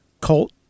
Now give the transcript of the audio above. Colt